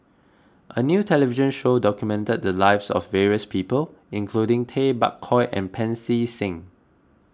a new television show documented the lives of various people including Tay Bak Koi and Pancy Seng